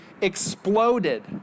exploded